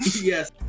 Yes